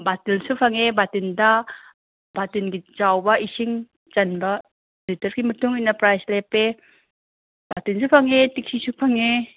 ꯕꯥꯇꯤꯜꯁꯨ ꯐꯪꯉꯦ ꯕꯥꯇꯤꯟꯗ ꯕꯥꯇꯤꯟꯒꯤ ꯆꯥꯎꯕ ꯏꯁꯤꯡ ꯆꯟꯕ ꯂꯤꯇꯔ꯭ꯁꯀꯤ ꯃꯇꯨꯡ ꯏꯟꯅ ꯄ꯭ꯔꯥꯏꯁ ꯂꯦꯞꯄꯦ ꯕꯥꯇꯤꯟꯁꯨ ꯐꯪꯉꯦ ꯇꯦꯛꯁꯤꯁꯨ ꯐꯪꯉꯦ